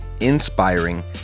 inspiring